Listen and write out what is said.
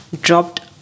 dropped